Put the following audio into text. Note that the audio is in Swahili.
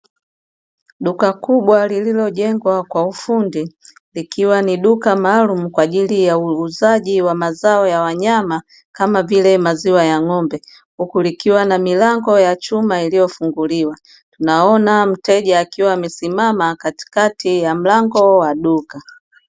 Duka kubwa lililojengwa kwa ufundi likiwa ni duka maalumu kwa ajili ya uuzaji wa mazao ya wanyama, kama vile maziwa ya ng'ombe huku likiwa na milango ya chuma iliyo funguliwa, naona mteja akiwa amesimama katikati ya mlango wa duka.